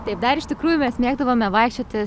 tai dar iš tikrųjų mes mėgdavome vaikščioti